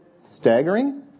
staggering